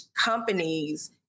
companies